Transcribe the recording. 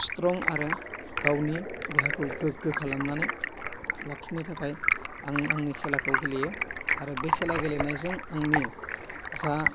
strong आरो गावनि देहाखौ गोग्गो खालामनानै लाखिनो थाखाय आं आंनि खेलाखौ गेलेयो आरो बे खेला गेलेनायजों आंनि जा